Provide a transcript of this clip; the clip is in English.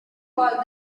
call